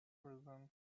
presents